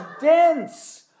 dense